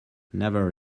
never